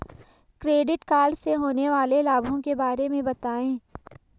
Credit card से होने वाले लाभों के बारे में बताएं?